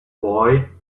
boy